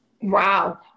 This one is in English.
Wow